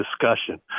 discussion